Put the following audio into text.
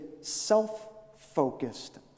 self-focused